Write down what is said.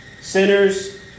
Sinners